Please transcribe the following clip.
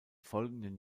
folgenden